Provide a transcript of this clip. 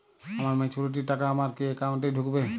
আমার ম্যাচুরিটির টাকা আমার কি অ্যাকাউন্ট এই ঢুকবে?